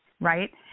right